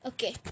Okay